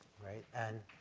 right, and,